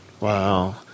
Wow